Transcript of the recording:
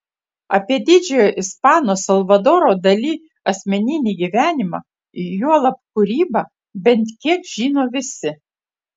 apie didžiojo ispano salvadoro dali asmeninį gyvenimą juolab kūrybą bent kiek žino visi